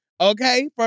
okay